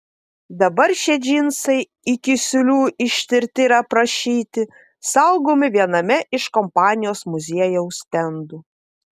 dabar šie džinsai iki siūlių ištirti ir aprašyti saugomi viename iš kompanijos muziejaus stendų